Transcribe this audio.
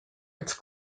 its